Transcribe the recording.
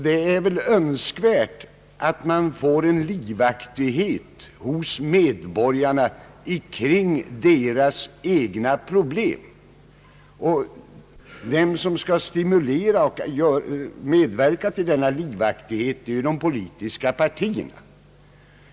Det är väl önskvärt att man får en livaktighet hos medborgarna kring deras egna problem. De som skall stimulera och medverka till denna livaktighet är de politiska partierna.